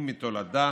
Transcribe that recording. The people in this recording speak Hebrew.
אם מתולדה